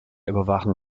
überwachen